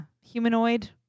humanoid